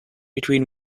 between